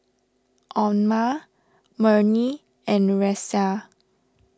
Omar Murni and Raisya